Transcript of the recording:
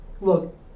Look